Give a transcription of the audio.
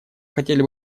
хотели